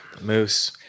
Moose